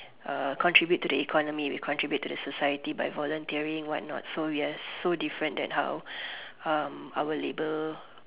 uh contribute to the economy we contribute to the society by volunteering what not so we are so different than how um our label